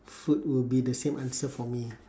food will be the same answer for me